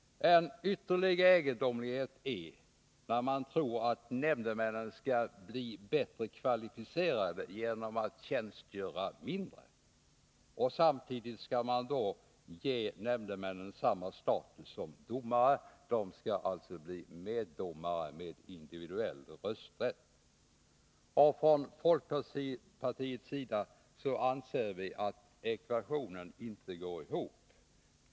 En ytterligare egendomlighet är när man tror att nämndemännen skall bli bättre kvalificerade genom att tjänstgöra mindre. Samtidigt skall man då ge nämndemännen samma status som domare — de skall bli meddomare med individuell rösträtt. Från folkpartiets sida anser vi att ekvationen inte går ihop.